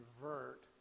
convert